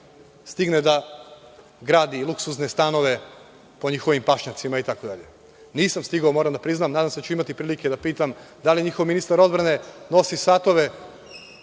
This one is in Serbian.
stigne da gradi luksuzne stanove po njihovim pašnjacima itd. Nisam stigao, moram da priznam. Nadam se da ću imati prilike da pitam da li njihov ministar odbrane nosi satove